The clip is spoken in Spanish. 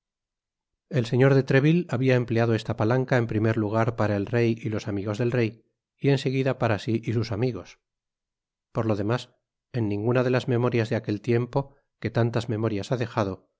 el señor de treville habia empleado esta palanca en primer lugar para el rey y los amigos del rey y enseguida para si y sus amigos por lo demás en ninguna de las memorias de aquel tiempo que tantas memorias ha dejado